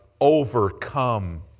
overcome